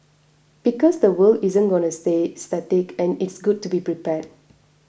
because the world isn't gonna stay static and it's good to be prepared